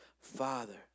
Father